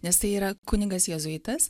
nes tai yra kunigas jėzuitas